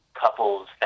couples